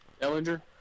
Ellinger